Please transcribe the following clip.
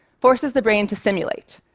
forces the brain to simulate.